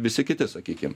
visi kiti sakykim